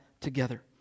together